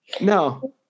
No